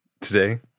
today